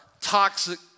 toxic